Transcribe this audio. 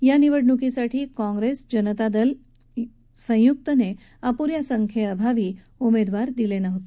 या निवडणुकीसाठी काँप्रेस जनता दल संयुक्तनं अपु या संख्येअभावी उमेदवार दिले नव्हते